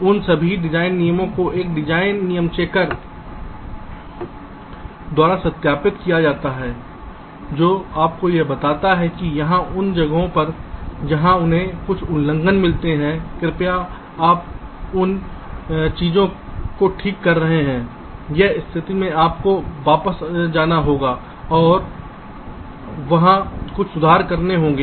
तो उन सभी डिज़ाइन नियमों को एक डिज़ाइन नियम चेकर द्वारा सत्यापित किया जाता है जो आपको यह बता सकते हैं कि यहाँ उन जगहों पर जहाँ मुझे कुछ उल्लंघन मिलते हैं कृपया आप इन चीजों को ठीक कर लें उस स्थिति में आपको वापस जाना होगा और वहां कुछ सुधार करने होंगे